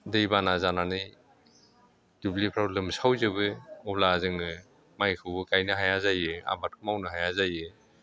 दै बाना जानानै दुब्लिफोराव लोमसावजोबो अब्ला जोङो माइखौबो गायनो हाया जायो आबादखौ मावनो हाया जायो